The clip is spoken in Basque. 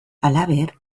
halaber